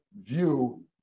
view